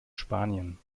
spanien